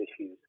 issues